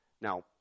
Now